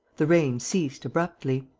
the rain ceased abruptly.